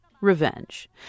revenge